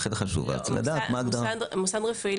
מוסד רפואי,